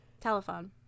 Telephone